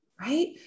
right